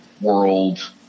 World